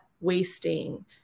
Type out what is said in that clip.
wasting